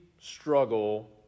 struggle